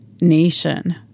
nation